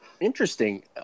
Interesting